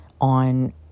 on